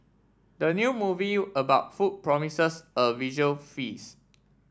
the new movie about food promises a visual feast